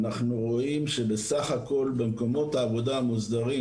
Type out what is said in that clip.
אנחנו רואים שבסך הכל במקומות העבודה המוסדרים,